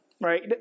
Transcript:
right